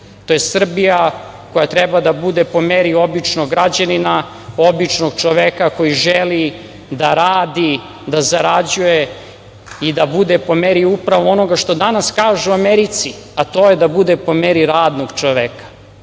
To je Srbija koja treba da bude po meri običnog građanina, običnog čoveka koji želi da radi, da zarađuje i da bude po meri upravo onoga što danas kažu u Americi, a to je da bude po meri radnog čoveka.